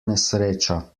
nesreča